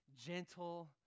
gentle